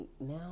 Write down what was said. now